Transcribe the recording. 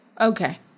Okay